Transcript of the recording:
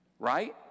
Right